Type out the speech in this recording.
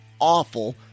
awful